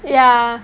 ya